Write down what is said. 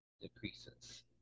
decreases